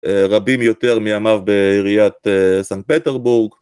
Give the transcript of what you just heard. רבים יותר מימיו בעיריית סנט פטרבורג.